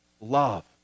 love